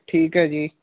ਠੀਕ ਹੈ ਜੀ